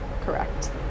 Correct